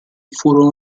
furono